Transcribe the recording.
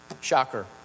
Shocker